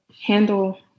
handle